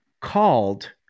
called